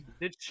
ditch